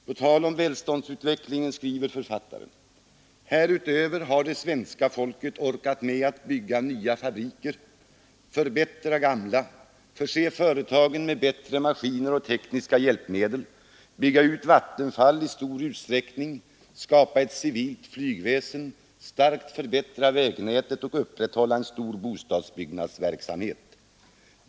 På tal om välfärdsutvecklingen skriver författaren: ”Härutöver har det svenska folket orkat med att bygga nya fabriker, förbättra gamla, förse företagen med bättre maskiner och tekniska hjälpmedel, bygga ut vattenfall i stor utsträckning, skapa ett civilt flygväsen, starkt förbättra vägnätet och upprätthålla en stor bostadsbyggnadsverksamhet.